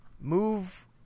move